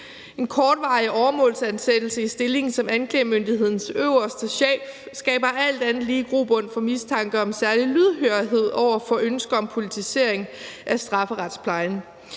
En kortvarig åremålsansættelse i stillingen som anklagemyndighedens øverste chef skaber alt andet lige grobund for mistanke om særlig lydhørhed over for ønsker om politisering af strafferetsplejen.